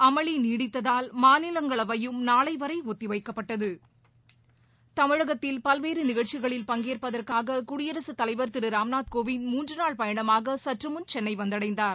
அமளி நீடித்ததால் மாநிலங்களவையும் நாளை வரை ஒத்திவைக்கப்பட்டது தமிழகத்தில் பல்வேறு நிகழ்ச்சிகளில் பங்கேற்பதற்காக குடியரசுத் தலைவர் திரு ராம்நாத் கோவிந்த் மூன்று நாள் பயணமாக சற்று முன் சென்னை வந்தடைந்தார்